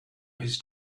his